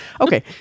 Okay